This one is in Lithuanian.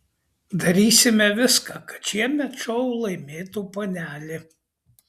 darysime viską kad šiemet šou laimėtų panelė